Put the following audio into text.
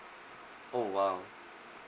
oh !wow!